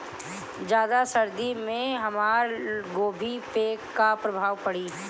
ज्यादा सर्दी से हमार गोभी पे का प्रभाव पड़ी?